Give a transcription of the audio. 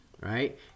right